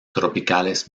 tropicales